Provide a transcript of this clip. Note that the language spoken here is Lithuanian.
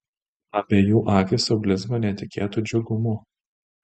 abiejų akys sublizgo netikėtu džiugumu